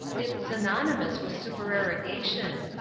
it's synonymous with supererogation,